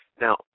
Now